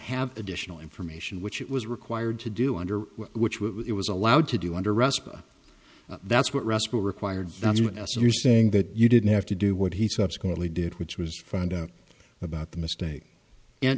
have additional information which it was required to do under which it was allowed to do under arrest that's what ruskell required yes you're saying that you didn't have to do what he subsequently did which was find out about the mistake and